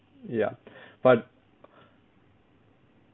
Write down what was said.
ya but